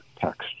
text